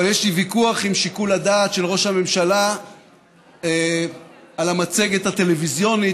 אבל יש לי ויכוח עם שיקול הדעת של ראש הממשלה על המצגת הטלוויזיונית,